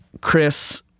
Chris